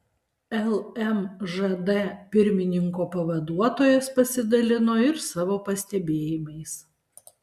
lmžd pirmininko pavaduotojas pasidalino ir savo pastebėjimais